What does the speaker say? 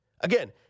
Again